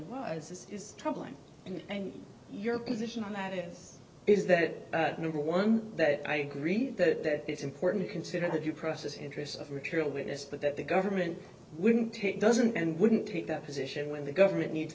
is troubling and your position on that it is that number one that i agree that it's important to consider the due process interests of material witness but that the government wouldn't it doesn't and wouldn't take that position when the government needs